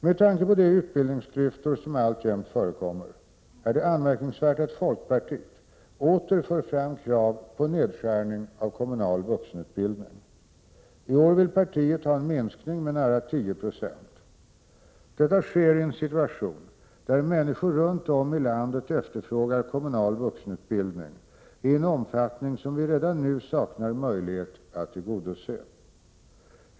Med tanke på de utbildningsklyftor som alltjämt förekommer är det anmärkningsvärt att folkpartiet åter för fram krav på nedskärning av kommunal vuxenutbildning. I år vill partiet ha en minskning med nära 10 96. Detta sker i en situation där människor runt om i landet efterfrågar kommunal vuxenutbildning i en omfattning som vi redan nu saknar möjlighet att tillgodose.